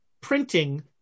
printing